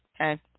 Okay